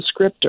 descriptor